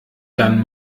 dann